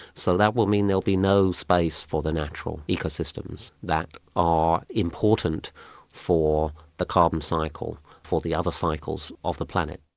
so that will mean there will be no space for the natural ecosystems that are important for the carbon cycle, for the other cycles of the planet.